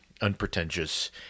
unpretentious